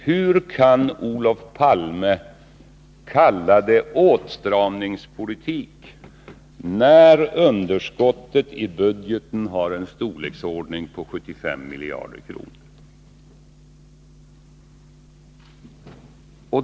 Hur kan Olof Palme kalla det åtstramningspolitik, när underskottet i budgeten har en storleksordning på 75 miljarder kronor?